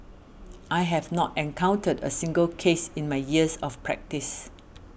I have not encountered a single case in my years of practice